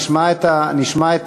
נשמע את